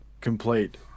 complete